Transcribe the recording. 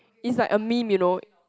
it's like a meme you know